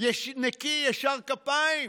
נקי, ישר כפיים.